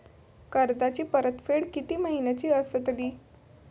कर्जाची परतफेड कीती महिन्याची असतली?